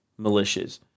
militias